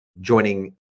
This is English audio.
joining